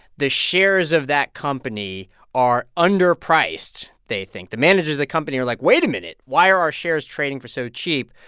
the shares of that company are underpriced, they think. the managers of the company are like, wait a minute. why are our shares trading for so cheap?